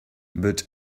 but